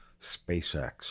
SpaceX